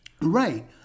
Right